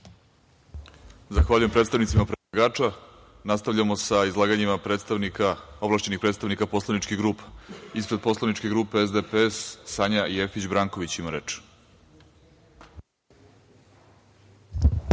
Zahvaljujem predstavnicima predlagača. Nastavljamo sa izlaganjima ovlašćenih predstavnika poslaničkih grupa. Ispred poslaničke grupe SPDS, Sanja Jefić Branković ima